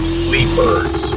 sleepers